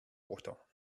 water